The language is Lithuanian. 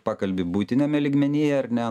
pakalbi buitiniame lygmenyje ar ne